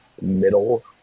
middle